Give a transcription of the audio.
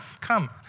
come